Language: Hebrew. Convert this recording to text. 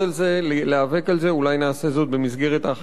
אולי נעשה זאת במסגרת ההכנה לקריאה שנייה ושלישית.